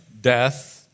Death